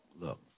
look